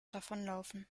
davonlaufen